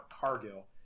Cargill